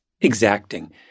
exacting